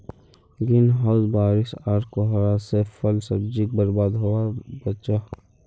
green house बारिश आर कोहरा से फल सब्जिक बर्बाद होवा से बचाहा